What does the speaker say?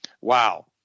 Wow